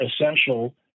essential